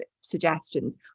suggestions